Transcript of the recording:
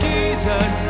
Jesus